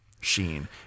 sheen